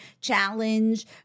challenge